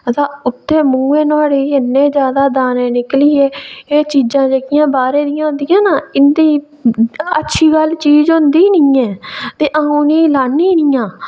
ते उत्थै मूंहे नुहाड़े गी इन्ने जैदा दाने निकली गे कि एह् जेह्कियां चीज़ां बाह्रै दियां होंदियां ना एह् इं'दी अच्छी वाली चीज होंदी निं ऐ ते अ'ऊं उ'नें ई लान्नी निं आं